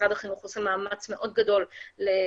משרד החינוך עושה מאמץ מאוד גדול להטמיע